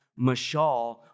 mashal